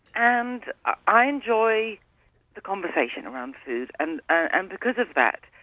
and i enjoy the conversation around food and ah and because of that,